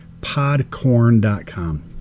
podcorn.com